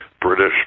British